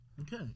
Okay